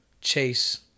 chase